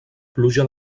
pluja